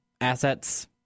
assets